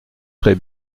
très